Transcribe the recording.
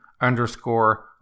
underscore